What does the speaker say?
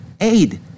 aid